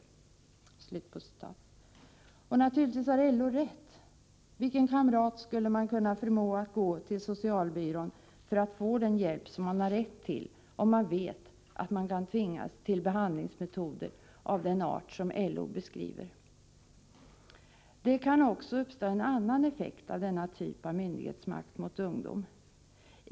Naturligtvis har LO rätt. Vilken kamrat skulle man kunna förmå ” att gå till socialbyrån för att få den hjälp som han har rätt till om man vet att han kan tvingas till behandlingsmetoder av den art LO beskriver? Det kan också uppstå en annan effekt av denna typ av myndighetsmakt mot ungdom.